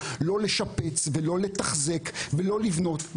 לא לשפץ ולא לתחזק ולא לבנות.